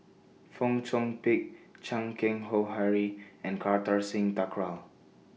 Fong Chong Pik Chan Keng Howe Harry and Kartar Singh Thakral